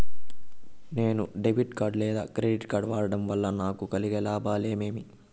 నేను debit card లేదా credit card వాడడం వల్ల నాకు కలిగే లాభాలు ఏమేమీ?